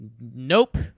Nope